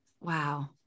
wow